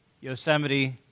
Yosemite